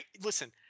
Listen